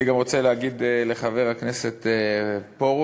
אני גם רוצה להגיד לחבר הכנסת פרוש,